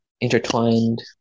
intertwined